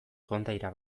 kondaira